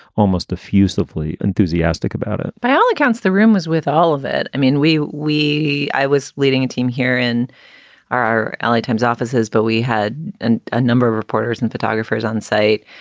almost effusively enthusiastic about it by all accounts, the room was with all of it. i mean, we we i was leading a team here in our l a. times offices, but we had and a number of reporters and photographers onsite.